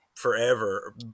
forever